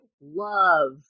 love